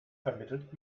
vermittelt